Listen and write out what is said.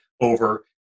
over